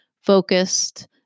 focused